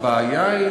הבעיה היא,